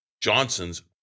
Johnson's